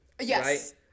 Yes